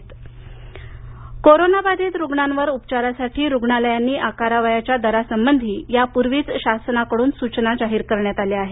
अजित पवार कोरोनाबाधित रुग्णांवर उपचारासाठी रूग्णालयांनी आकारावयाच्या दरासंबंधी यापूर्वीच शासनाकडून जाहीर करण्यात आले आहे